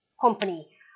company